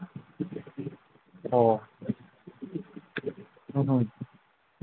ꯑꯣ ꯎꯝꯍꯨꯝ